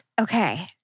Okay